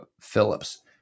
Phillips